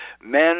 men